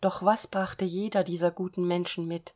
doch was brachte jeder dieser guten menschen mit